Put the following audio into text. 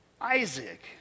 Isaac